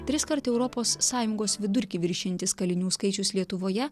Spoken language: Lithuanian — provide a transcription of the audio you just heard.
triskart europos sąjungos vidurkį viršijantis kalinių skaičius lietuvoje